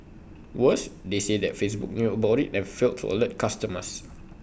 worse they say that Facebook knew about IT and failed to alert customers